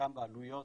חלקם בעלויות